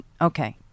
okay